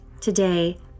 Today